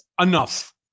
enough